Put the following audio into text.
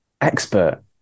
expert